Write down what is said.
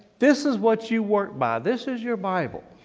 this is what you work by. this is your bible.